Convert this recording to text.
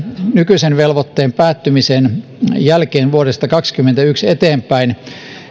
nykyisen velvoitteen päättymisen jälkeen lähtien vuodesta kaksikymmentäyksi eteenpäin